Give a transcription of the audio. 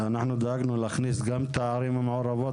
אנחנו דאגנו להכניס גם את הערים המעורבות